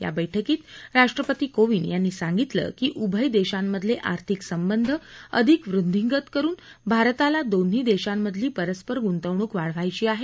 या बैठकीत राष्ट्रपती कोविंद यांनी सांगितलं की उभय देशांमधले आर्थिक संबंध अधिक वृद्धिंगत करून भारताला दोन्ही देशांमधली परस्पर गुंतवणूक वा बायची आहे